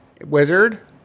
wizard